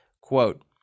Quote